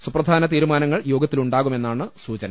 സുപ്രധാന തീരുമാനങ്ങൾ യോഗ ത്തിലുണ്ടാകുമെന്നാണ് സൂചന